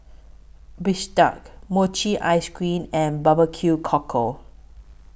Bistake Mochi Ice Cream and Barbecue Cockle